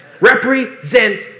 Represent